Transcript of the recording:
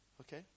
Okay